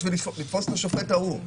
בשביל לתפוס את השופט ההוא.